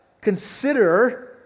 Consider